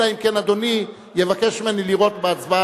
אלא אם כן אדוני יבקש ממני לראות בהצבעה